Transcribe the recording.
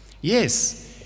Yes